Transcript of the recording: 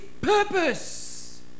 purpose